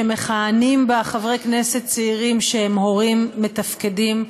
שמכהנים בה חברי כנסת צעירים שהם הורים מתפקדים,